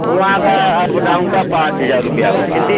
वहाँ का up down का पाँच हजार रुपया होगा